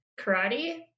karate